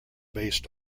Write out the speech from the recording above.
based